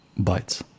bytes